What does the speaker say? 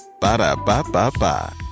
Ba-da-ba-ba-ba